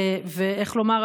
ואיך לומר,